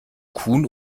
kuhn